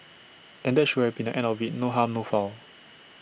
and that should have been the end of IT no harm no foul